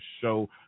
show